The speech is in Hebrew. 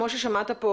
כמו ששמעת פה,